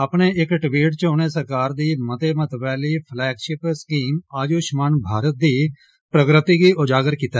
अपने इक ट्वीट च उनें सरकार दी मते महत्वै आह्ली फलैगशिप स्कीम आयुष्मान भारत दी प्रगति गी उजागर कीता